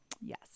yes